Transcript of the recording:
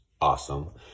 awesome